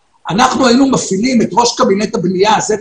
היינו מפעילים את ראש קבינט הבנייה זאב